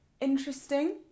Interesting